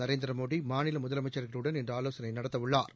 நரேந்திரமோடி மாநிலமுதலமைச்சா்களுடன் இன்று ஆலோசனை நடத்த உள்ளாா்